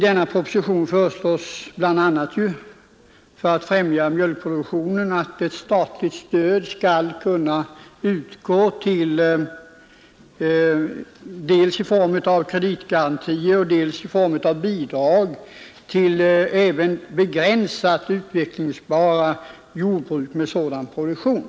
I propositionen föreslås, för att främja mjölkproduktionen, bl.a. att statligt stöd skall kunna utgå dels i form av kreditgarantier, dels i form av bidrag till även begränsat utvecklingsbara jordbruk med sådan produktion.